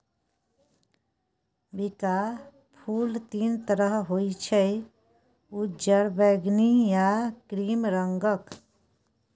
बिंका फुल तीन तरहक होइ छै उज्जर, बैगनी आ क्रीम रंगक